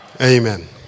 Amen